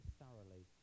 thoroughly